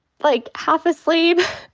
like, half asleep?